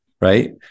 right